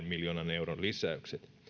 miljoonan euron lisäykset